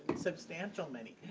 substantial money,